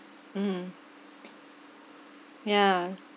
mm ya